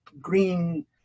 green